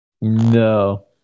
No